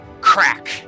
CRACK